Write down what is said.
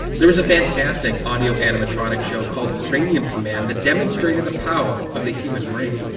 there was a fantastic audio-animatronic show, called cranium command, that demonstrated the power of the human brain.